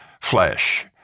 flesh